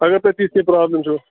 اَگر تۄہہِ تِژھ ہِش پرٛابلِم چھَو